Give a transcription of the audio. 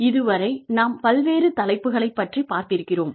இதுவரை நாம் பல்வேறு தலைப்புகளைப் பற்றி பார்த்திருக்கிறோம்